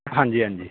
ਹਾਂਜੀ ਹਾਂਜੀ